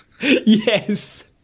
yes